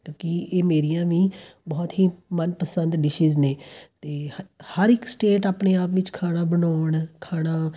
ਕਿਉਂਕਿ ਇਹ ਮੇਰੀਆਂ ਵੀ ਬਹੁਤ ਹੀ ਮਨਪਸੰਦ ਡਿਸੀਜ਼ ਨੇ ਅਤੇ ਹ ਹਰ ਇੱਕ ਸਟੇਟ ਆਪਣੇ ਆਪ ਵਿੱਚ ਖਾਣਾ ਬਣਾਉਣ ਖਾਣਾ